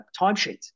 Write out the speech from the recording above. timesheets